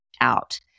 out